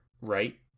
right